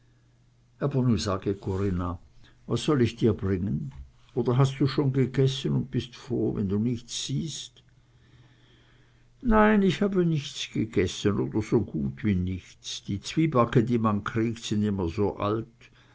corinna was soll ich dir bringen oder hast du schon gegessen und bist froh wenn du nichts siehst nein ich habe nichts gegessen oder doch so gut wie nichts die zwiebacke die man kriegt sind immer so alt